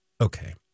okay